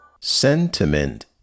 Sentiment